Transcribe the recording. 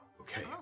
Okay